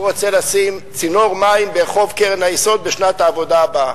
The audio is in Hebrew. הוא רוצה לשים צינור מים ברחוב קרן-היסוד בשנת העבודה הבאה.